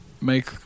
make